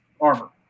armor